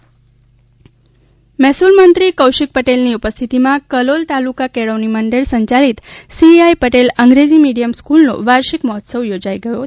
કૌશિક પટેલ મહેસૂલ મંત્રી કૌશિક પટેલની ઉપસ્થિતિમાં કલોલ તાલુકા કેળવણીમંડળ સંયાલિત સીઆઇ પટેલ અંગ્રેજી મિડિયમ સફલનો વાર્શિક મહોત્સવ યોજાયો હતો